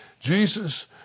Jesus